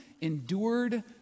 endured